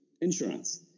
insurance